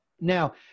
Now